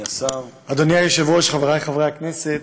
אדוני היושב-ראש, חברי חברי הכנסת,